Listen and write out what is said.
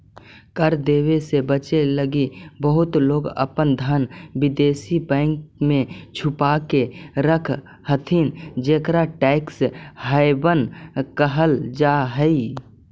कर देवे से बचे लगी बहुत लोग अपन धन विदेशी बैंक में छुपा के रखऽ हथि जेकरा टैक्स हैवन कहल जा हई